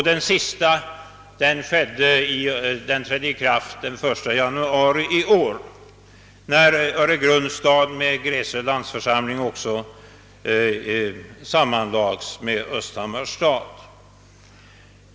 Den senaste sammanslagningen trädde i kraft den 1 januari i år, då Öregrunds stad med Gräsö landsförsamling upp gick i Östhammars stad.